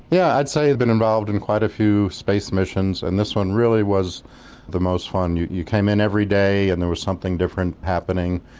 yeah i'd say i've been involved in quite a few space missions and this one really was the most fun. you you came in every day and there was something different happening,